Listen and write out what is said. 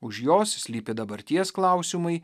už jos slypi dabarties klausimai